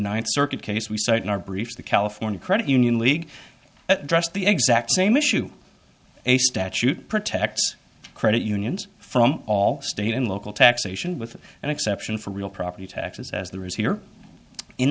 ninth circuit case we cite in our briefs the california credit union league that dress the exact same issue a statute protects credit unions from all state and local taxation with an exception for real property taxes as there is here in